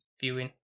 viewing